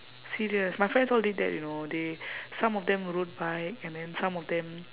serious my friends all did that you know they some of them rode bike and then some of them